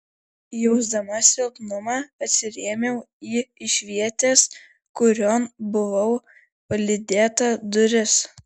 jausdama silpnumą atsirėmiau į išvietės kurion buvau palydėta duris